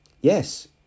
Yes